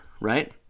right